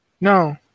No